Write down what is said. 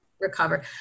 recover